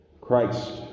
Christ